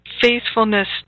faithfulness